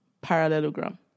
Parallelogram